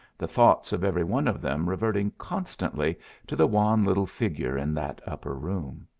the thoughts of every one of them reverting constantly to the wan little figure in that upper room.